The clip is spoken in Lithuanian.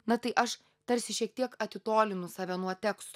na tai aš tarsi šiek tiek atitolinu save nuo teksto